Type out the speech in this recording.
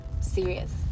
serious